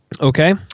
Okay